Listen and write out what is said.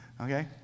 Okay